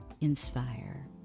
inspire